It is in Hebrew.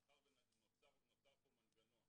מאחר ונוצר פה מנגנון